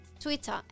Twitter